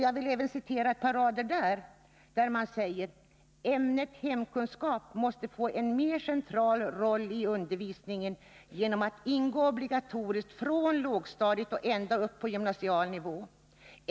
Jag vill även citera ett par rader ur den handlingsplanen: ”Ämnet hemkunskap måste få en mer central roll i undervisningen genom att ingå obligatoriskt från lågstadiet och ända upp på gymnasial nivå.